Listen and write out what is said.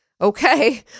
okay